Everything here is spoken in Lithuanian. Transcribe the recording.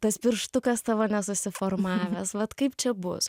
tas pirštukas tavo nesusiformavęs vat kaip čia bus